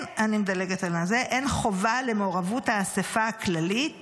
אני מדלגת על זה, אין חובה למעורבות האסיפה הכללית